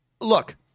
look